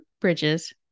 Bridge's